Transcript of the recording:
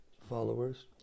followers